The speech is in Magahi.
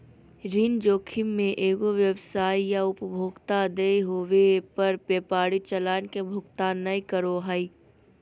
ऋण जोखिम मे एगो व्यवसाय या उपभोक्ता देय होवे पर व्यापारी चालान के भुगतान नय करो हय